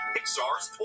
Pixar's